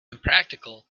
impractical